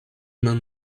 man